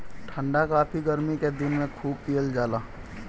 ठंडा काफी गरमी के दिन में खूब पियल जाला